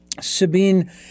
Sabine